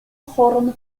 horon